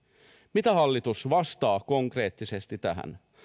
mitä hallitus vastaa konkreettisesti tähän